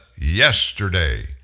yesterday